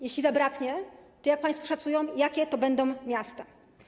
Jeśli zabraknie, to jak państwo szacują, które to będą miasta?